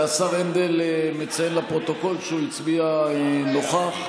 השר הנדל מציין לפרוטוקול שהוא הצביע נוכח,